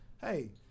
hey